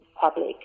public